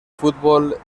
fútbol